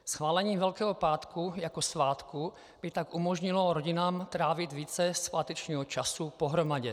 Schválení Velkého pátku jako svátku by tak umožnilo rodinám trávit více svátečního času pohromadě.